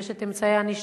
יש את אמצעי הענישה,